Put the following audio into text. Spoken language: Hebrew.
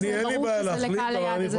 שזה יהיה ברור שזה לקהל היעד.